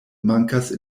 mankas